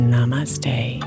Namaste